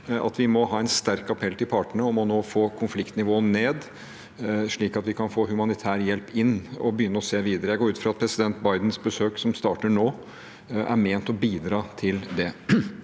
vi må sende en sterk appell til partene om nå å få konfliktnivået ned, slik at vi kan få inn humanitær hjelp og begynne å se videre. Jeg går ut fra at president Bidens besøk, som starter nå, er ment å bidra til det.